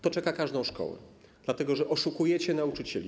To czeka każdą szkołę, dlatego że oszukujecie nauczycieli.